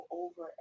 over